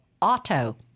auto